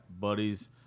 buddies